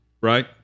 right